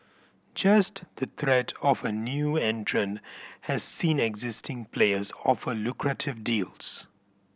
just the threat of a new entrant has seen existing players offer lucrative deals